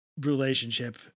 relationship